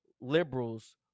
liberals